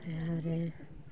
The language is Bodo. ओमफाय आरो